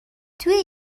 توی